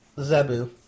Zebu